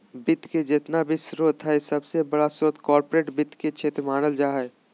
वित्त के जेतना भी स्रोत हय सबसे बडा स्रोत कार्पोरेट वित्त के क्षेत्र मानल जा हय